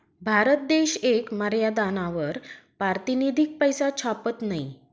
भारत देश येक मर्यादानावर पारतिनिधिक पैसा छापत नयी